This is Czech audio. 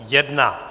1.